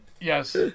Yes